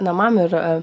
namam ir